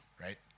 Right